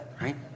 right